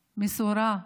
מסורה,